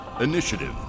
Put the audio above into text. initiative